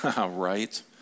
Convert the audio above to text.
right